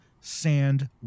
sand